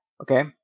Okay